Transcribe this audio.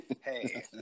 Hey